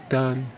done